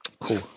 Cool